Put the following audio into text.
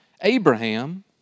Abraham